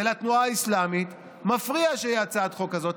ולתנועה האסלאמית מפריע שתהיה הצעת חוק כזאת.